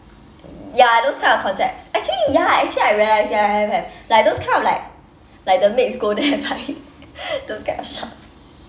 ya those kind of concepts actually ya actually I realise ya have have like those kind of like like the maids go there buy those kind of shops